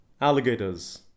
Alligators